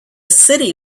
city